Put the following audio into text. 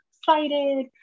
excited